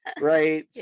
right